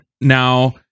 Now